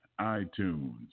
iTunes